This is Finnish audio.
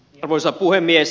arvoisa puhemies